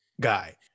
guy